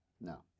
No